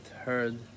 heard